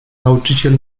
nauczyciel